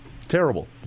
Terrible